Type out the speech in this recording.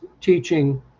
teaching